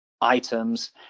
items